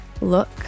look